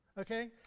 Okay